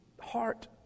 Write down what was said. heart